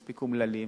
מספיק אומללים,